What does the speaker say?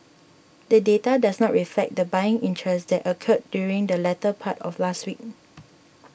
the data does not reflect the buying interest that occurred during the latter part of last week